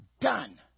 done